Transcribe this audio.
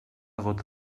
gota